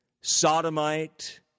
sodomite